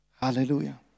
hallelujah